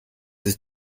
ist